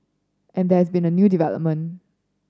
and there's been a new development